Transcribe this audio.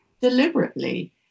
deliberately